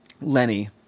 Lenny